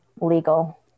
legal